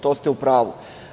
To ste u pravu.